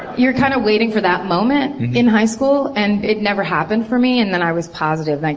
you're kind of waiting for that moment in high school and it never happened for me. and then i was positive, like